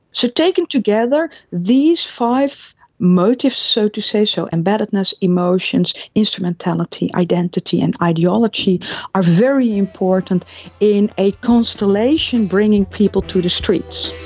so, taken together, these five motives, so to say so embeddedness, emotions, instrumentality, identity and ideology are very important in a constellation bringing people to the streets.